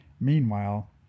Meanwhile